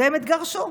והם התגרשו.